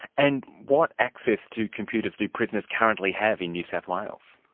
and what access to computers do prisoners currently have in new south wales?